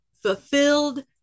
fulfilled